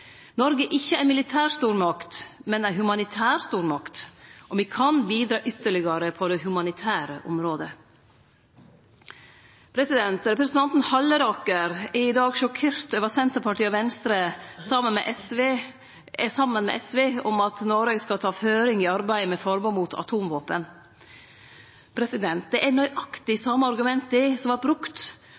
Noreg er ikkje ei militær stormakt, men ei humanitær stormakt. Me kan bidra ytterlegare på det humanitære området. Representanten Halleraker er i dag sjokkert over at Senterpartiet og Venstre står saman med SV om at Noreg skal ta føring i arbeidet med forbod mot atomvåpen. Det er nøyaktig dei same argumenta som